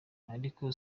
ariko